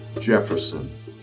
Jefferson